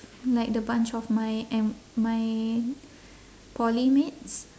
like the bunch of my uh my poly mates